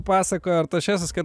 pasakojo artašesas kad